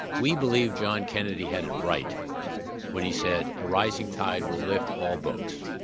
we believe john kennedy had it right when he said, a rising tide will lift all boats,